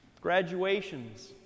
Graduations